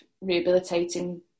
rehabilitating